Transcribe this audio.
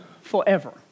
forever